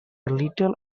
little